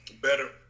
better